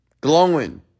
Glowing